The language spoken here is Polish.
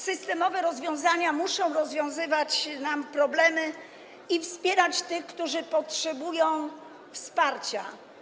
Systemowe rozwiązania muszą rozwiązywać problemy i wspierać tych, którzy potrzebują wsparcia.